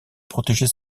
protéger